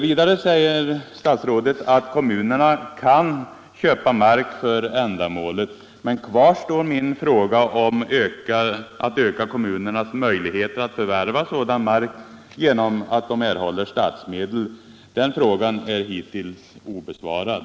Vidare säger statsrådet att kommunerna kan köpa mark för fritidsändamål, men kvar står min fråga om regeringen avser att öka kommunernas möjligheter att förvärva sådan mark genom bidrag av statsmedel. Den frågan är hittills obesvarad.